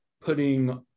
putting